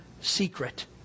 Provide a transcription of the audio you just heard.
secret